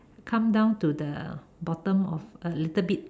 come down to the bottom of a little bit